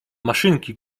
maszynki